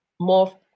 more